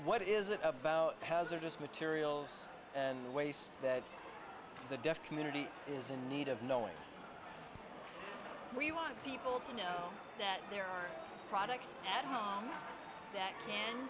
what is it about hazardous materials and ways that the deaf community is in need of knowing we want people to know that there are products at